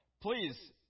please